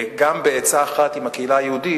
בעצה אחת עם הקהילה היהודית,